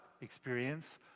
experience